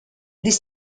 this